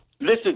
Listen